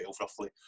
roughly